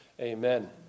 Amen